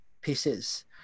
pieces